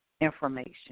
information